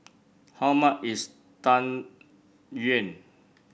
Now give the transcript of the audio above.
how much is Tang Yuen